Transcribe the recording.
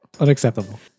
Unacceptable